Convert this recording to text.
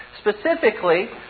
Specifically